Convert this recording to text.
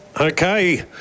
Okay